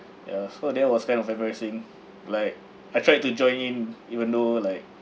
ya so that was kind of embarrassing like I tried to join in even though like